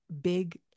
big